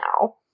now